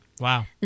Wow